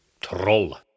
Troll